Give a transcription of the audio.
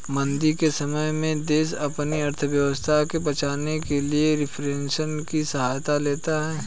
मंदी के समय में देश अपनी अर्थव्यवस्था को बचाने के लिए रिफ्लेशन की सहायता लेते हैं